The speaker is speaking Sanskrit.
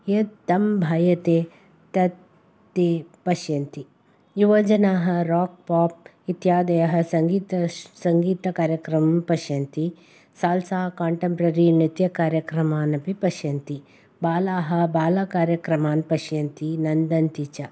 यत् तं भयते तत् ते पश्यन्ति युवजनाः राक् पाप् इत्यादयः सङ्गीत सङ्गीतकार्यक्रमं पश्यन्ति साल्सा कन्ट्रेम्ररि नित्यकार्यक्रमान् अपि पश्यन्ति बालाः बालकार्यक्रमान् पश्यन्ति नन्दन्ति च